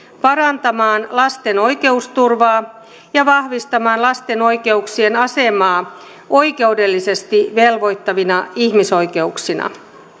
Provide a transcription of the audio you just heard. parantamaan lasten oikeusturvaa ja vahvistamaan lasten oikeuksien asemaa oikeudellisesti velvoittavina ihmisoikeuksina